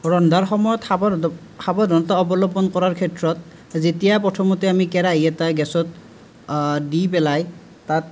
ৰন্ধাৰ সময়ত সাৱধানতা সাৱধানতা অৱলম্বন কৰাৰ ক্ষেত্ৰত যেতিয়া প্ৰথমতে আমি কেৰাহী এটা গেছত দি পেলাই তাত